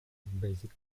basic